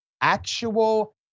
actual